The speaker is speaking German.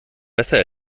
besser